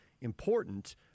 important